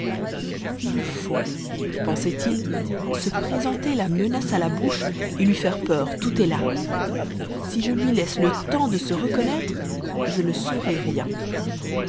il faut pensait-il se présenter la menace à la bouche et lui faire peur tout est là si je lui laisse le temps de se reconnaître je ne saurai rien